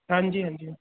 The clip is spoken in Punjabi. ਹਾਂਜੀ ਹਾਂਜੀ